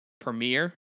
premiere